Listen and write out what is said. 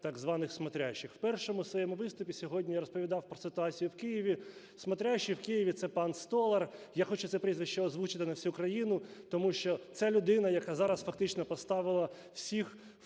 так званих "смотрящих". В першому своєму вступі сьогодні я розповідав про ситуацію в Києві. "Смотрящий" в Києві – це пан Столар. Я хочу це прізвище озвучити на всю країну, тому ще це людина, яка зараз фактично поставила всіх в